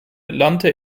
lernte